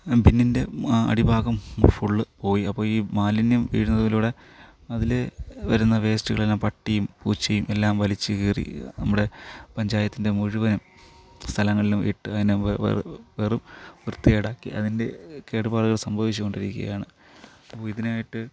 ബിന്നിൻ്റെ അടിഭാഗം ഫുൾ പോയി അപ്പം ഈ മാലിന്യം വീഴുന്നതിലൂടെ അതിൽ വരുന്ന വേസ്റ്റുകളെല്ലാം പട്ടിയും പൂച്ചയും എല്ലാം വലിച്ച് കീറി നമ്മുടെ പഞ്ചായത്തിൻ്റെ മുഴുവനും സ്ഥലങ്ങളിലും ഇട്ട് അതിനെ വെറും വൃത്തികേടാക്കി അതിൻ്റെ കേടുപാടുകൾ സംഭവിച്ചുകൊണ്ടിരിക്കുകയാണ് അപ്പോൾ ഇതിനായിട്ട്